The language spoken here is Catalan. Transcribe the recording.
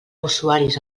usuaris